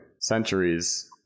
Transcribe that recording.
centuries